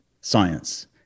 science